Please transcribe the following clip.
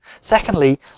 Secondly